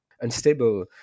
unstable